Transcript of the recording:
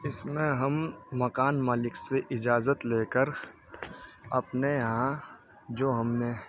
اس میں ہم مکان مالک سے اجازت لے کر اپنے یہاں جو ہم نے